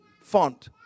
font